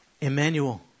Emmanuel